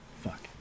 Fuck